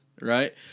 right